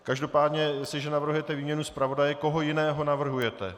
Každopádně jestliže navrhujete výměnu zpravodaje, koho jiného navrhujete.